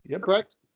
Correct